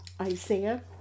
Isaiah